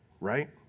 right